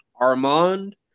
Armand